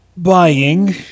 buying